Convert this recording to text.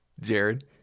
Jared